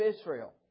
Israel